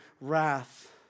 wrath